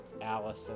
Alice